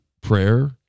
prayer